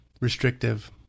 restrictive